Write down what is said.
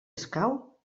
escau